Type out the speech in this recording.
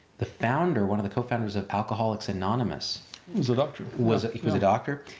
the founder, one of the co-founders of alcoholics anonymous was a doctor. was was a doctor,